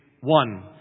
one